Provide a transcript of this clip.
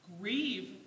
grieve